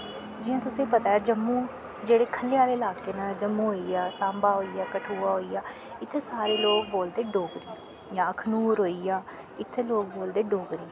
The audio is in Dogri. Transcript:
जियां तुसें पता ऐ जम्मू जेह्ड़े खल्ले आह्ला लाह्के न जम्मू होईया सांबा होईया कठुआ होईया इत्थे सारे लोग बोलदे डोगरी जां अखनूर होईया इत्थे लोग बोलदे डोगरी